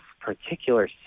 particular